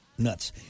nuts